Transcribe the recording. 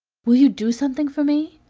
will you do something for me?